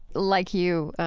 like you,